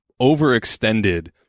overextended